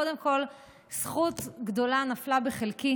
קודם כול זכות גדולה נפלה בחלקי